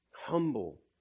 Humble